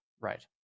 right